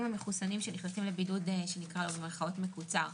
גם המחוסנים שנכנסים עכשיו לבידוד שנקרא לו במירכאות "מקוצר",